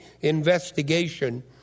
investigation